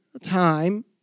time